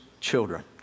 children